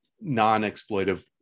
non-exploitive